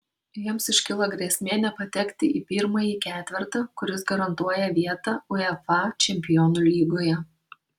jiems iškilo grėsmė nepatekti į pirmąjį ketvertą kuris garantuoja vietą uefa čempionų lygoje